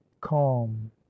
calm